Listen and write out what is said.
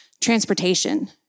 transportation